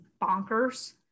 bonkers